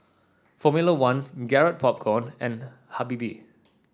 Formula One Garrett Popcorn and Habibie